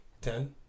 Ten